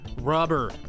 rubber